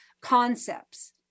concepts